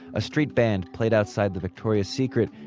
a street band played outside the victoria's secret,